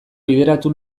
bideratu